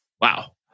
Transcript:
wow